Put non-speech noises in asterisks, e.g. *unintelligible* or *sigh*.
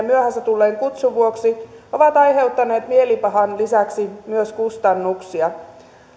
*unintelligible* myöhässä tulleen kutsun vuoksi ovat aiheuttaneet mielipahan lisäksi myös kustannuksia